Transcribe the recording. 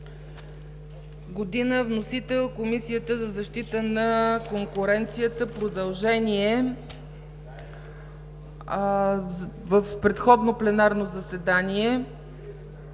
г. Вносител: Комисията за защита на конкуренцията – продължение. В предходно пленарно заседание